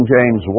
James